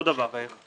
אותו דבר.